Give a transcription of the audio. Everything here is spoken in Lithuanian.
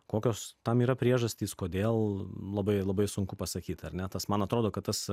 kokios tam yra priežastys kodėl labai labai sunku pasakyt ar ne tas man atrodo kad tas